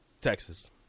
Texas